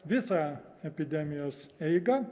visą epidemijos eigą